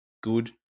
good